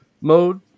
mode